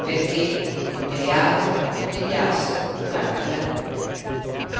perché con tutte le altre lo vegliassero durante la notte